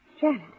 Janet